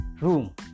room